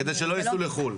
כדי שלא ייסעו לחו"ל.